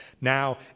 now